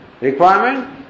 requirement